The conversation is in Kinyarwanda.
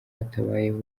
hatabayeho